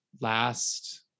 last